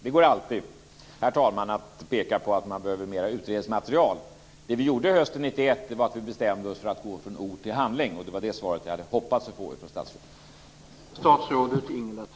Det går alltid, herr talman, att peka på att man behöver mer utredningsmaterial. Det vi gjorde hösten 1991 var att vi bestämde oss för att gå från ord till handling, och det var det svaret jag hade hoppats få från statsrådet.